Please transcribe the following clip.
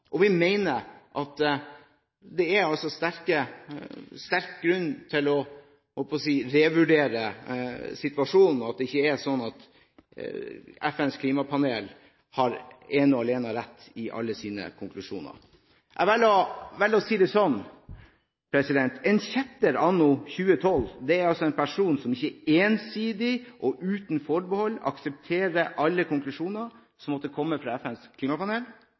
og vi mener at det er sterk grunn til å revurdere situasjonen, og at det ikke er sånn at FNs klimapanel ene og alene har rett i alle sine konklusjoner. Jeg velger å si det sånn: En kjetter anno 2012 er altså en person som ikke ensidig og uten forbehold aksepterer alle konklusjoner som måtte komme fra FNs klimapanel,